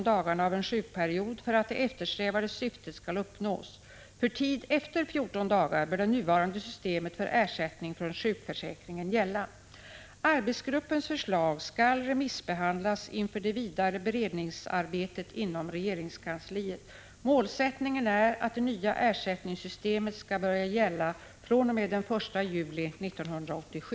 Dagpenningen blir därvid för lågt beräknad inte bara för timavlönade, deltidsanställda och skiftarbetande utan också för säsongarbetare, och för dessa även vid längre sjukfall. Är socialministern beredd att ta initiativ till sådan ändring av sjukpenningberäkningen, att alla försäkrade får en tillfredsställande sjukpenningförsäkring?